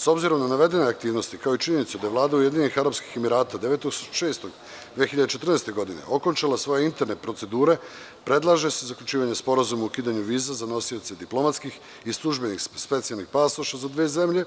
S obzirom na navedene aktivnosti, kao i činjenicu da je Vlada Ujedinjenih Arapskih Emirata 9. juna 2014. godine, okončala svoje interne procedure, predlaže se zaključivanje sporazuma o ukidanju viza za nosioce diplomatskih i službenih specijalnih pasoša za dve zemlje,